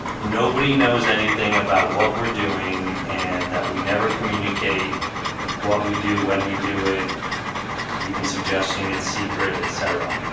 nobody knows anything about what we're doing and that we never communicate what we do when we do it even suggesting it's secret, etc